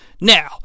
Now